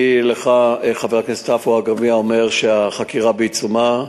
לך, חבר הכנסת עפו אגבאריה, אומר שהחקירה בעיצומה.